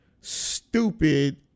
stupid